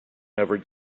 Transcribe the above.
never